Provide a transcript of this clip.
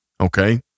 okay